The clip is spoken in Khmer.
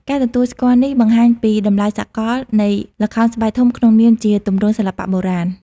ការទទួលស្គាល់នេះបង្ហាញពី តម្លៃសកល នៃល្ខោនស្បែកធំក្នុងនាមជាទម្រង់សិល្បៈបុរាណ។